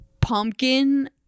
Pumpkin